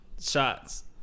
Shots